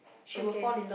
okay